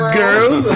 girls